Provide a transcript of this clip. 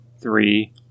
three